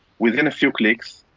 within a few clicks,